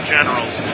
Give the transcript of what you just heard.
Generals